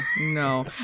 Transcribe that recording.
no